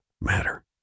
matter